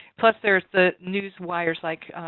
plus there's the newswires like